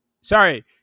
sorry